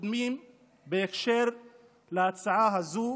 הקודמים בהקשר להצעה הזו